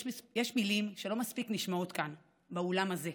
יש מילים שלא מספיק נשמעות כאן באולם הזה.